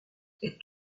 est